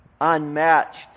Unmatched